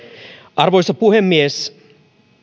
arvoisa puhemies